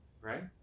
Right